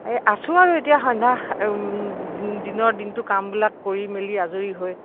এই আছোঁ আৰু এতিয়া সন্ধ্যা দিনৰ দিনটো কামবিলাক কৰি মেলি আজৰি হৈ